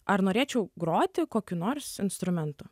ar norėčiau groti kokiu nors instrumentu